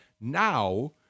now